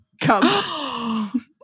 come